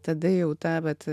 tada jau ta vat